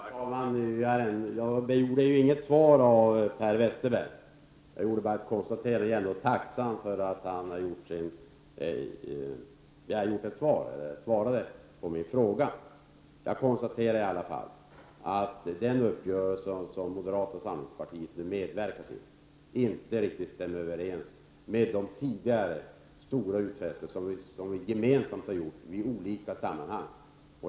Herr talman! Jag begärde inget svar av Per Westerberg, utan jag gjorde bara ett konstaterande. Jag är ändå tacksam för att han svarade på detta. Den uppgörelse som moderata samlingspartiet nu har medverkat till stämmer inte riktigt överens med de tidigare stora utfästelser som vi gemensamt har gjort i olika sammanhang.